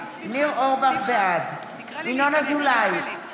בעד ינון אזולאי,